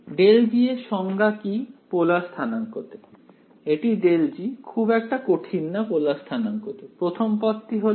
∇G এর সংজ্ঞা কি পোলার স্থানাংকতে এটি ∇G খুব একটা কঠিন না পোলার স্থানাঙ্কতে প্রথম পদটি হলো